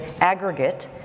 aggregate